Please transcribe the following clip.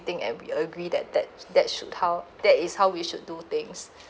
thing and we agree that that that should how that is how we should do things